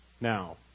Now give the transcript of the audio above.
Now